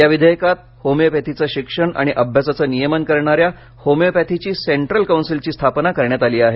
या विधेयकात होमिओपॅथीचं शिक्षण आणि अभ्यासाचे नियमन करणाऱ्या होमियोपॅथीची सेंट्रल कौन्सिलची स्थापन करण्यात आली आहे